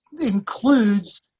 includes